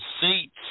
seats